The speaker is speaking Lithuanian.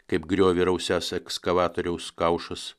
kaip griovį rausiąs ekskavatoriaus kaušas